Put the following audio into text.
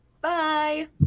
Bye